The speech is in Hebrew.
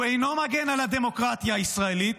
הוא אינו מגן על הדמוקרטיה הישראלית,